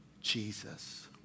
Jesus